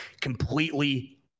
completely